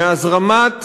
מהזרמת